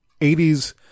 80s